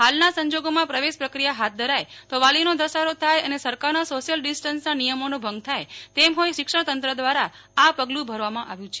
હાલના સંજોગોમાં પ્રવેશ પ્રક્રિયા હાથ ધરાય તો વાલીઓનો ધસારો થાય અને સરકારના સોશિયલ ડિસ્ટન્સના નિયમોનો ભંગ થાય તેમ હોઇ શિક્ષણ તંત્ર દ્વારા આ પગલું ભરવામાં આવ્યું છે